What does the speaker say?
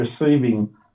receiving